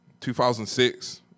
2006